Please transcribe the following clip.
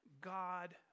God